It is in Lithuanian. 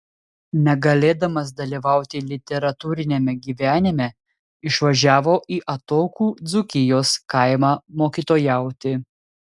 negalėdamas dalyvauti literatūriniame gyvenime išvažiavo į atokų dzūkijos kaimą mokytojauti